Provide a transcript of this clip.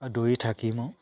দৌৰি থাকিমো